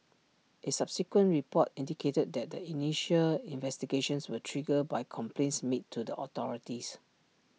is subsequent report indicated that the initial investigations were triggered by complaints made to the authorities